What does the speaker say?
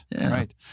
Right